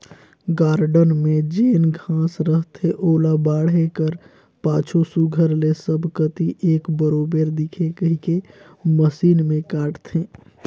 garden में जेन घांस रहथे ओला बाढ़े कर पाछू सुग्घर ले सब कती एक बरोबेर दिखे कहिके मसीन में काटथें